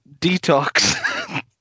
Detox